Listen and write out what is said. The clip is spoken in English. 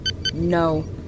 no